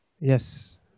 Yes